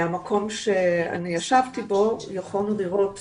מהמקום בו ישבתי יכולנו לראות